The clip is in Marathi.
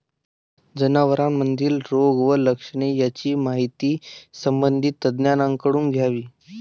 जनावरांमधील रोग व लक्षणे यांची माहिती संबंधित तज्ज्ञांकडून घ्यावी